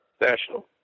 national